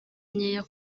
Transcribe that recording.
nkeya